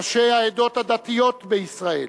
ראשי העדות הדתיות בישראל,